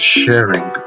sharing